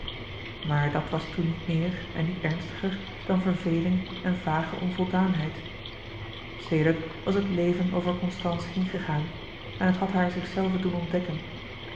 maar dat was toen niet meer en niet ernstiger dan verveling en vage onvoldaanheid sedert was het leven over constance heengegaan en het had haar zichzelve doen ontdekken